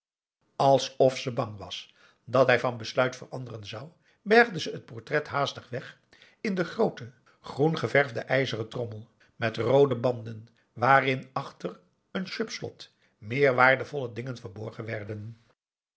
alsof ze bang was dat hij van besluit veranderen zou bergde ze het portret haastig weg in de groote groen geverfde ijzeren trommel met roode banden waarin achter een chubb slot meer waardvolle dingen verborgen werden